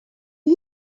you